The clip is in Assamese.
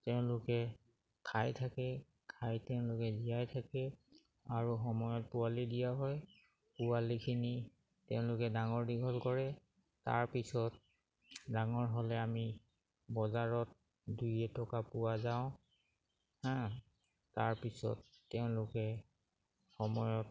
তেওঁলোকে খাই থাকে খাই তেওঁলোকে জীয়াই থাকে আৰু সময়ত পোৱালি দিয়া হয় পোৱালিখিনি তেওঁলোকে ডাঙৰ দীঘল কৰে তাৰপিছত ডাঙৰ হ'লে আমি বজাৰত দুই এটকা পোৱা যাওঁ হা তাৰপিছত তেওঁলোকে সময়ত